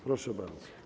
Proszę bardzo.